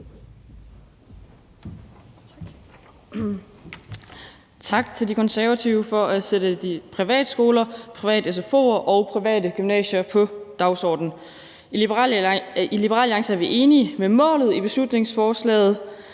Tak til De Konservative for at sætte privatskoler, private sfo'er og private gymnasier på dagsordenen. I Liberal Alliance er vi enige i målet i beslutningsforslaget